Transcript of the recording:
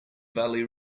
valley